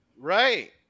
right